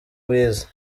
ubizi